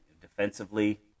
defensively